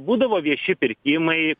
būdavo vieši pirkimai